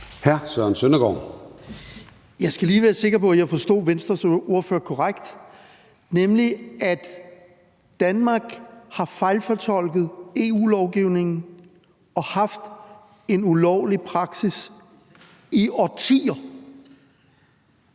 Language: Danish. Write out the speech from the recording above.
Jeg skal lige være sikker på, at jeg forstod Venstres ordfører korrekt: Danmark har fejlfortolket EU-lovgivningen og haft en ulovlig praksis i årtier.